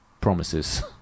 promises